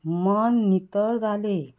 मन नितळ जालें